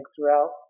throughout